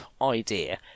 idea